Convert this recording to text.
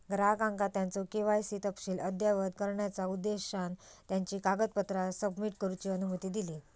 ग्राहकांका त्यांचो के.वाय.सी तपशील अद्ययावत करण्याचा उद्देशान त्यांची कागदपत्रा सबमिट करूची अनुमती दिली